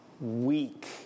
weak